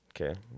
Okay